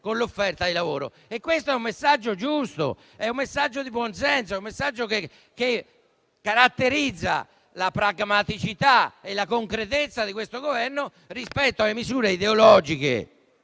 con l'offerta di lavoro. Questo è un messaggio giusto e di buonsenso; un messaggio che caratterizza la visione pragmatica e la concretezza di questo Governo rispetto alle misure ideologiche